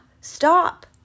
stop